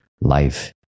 life